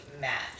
match